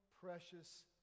precious